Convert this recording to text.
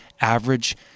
Average